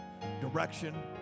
direction